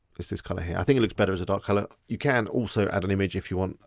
this is colour here. i think it looks better as a dark colour. you can also add an image if you want.